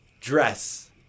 Dress